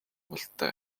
бололтой